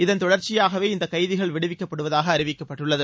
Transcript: இதன் தொடர்ச்சியாகவே இந்த கைதிகள் விடுவிக்கப்படுவதாக அறிவிக்கப்பட்டுள்ளது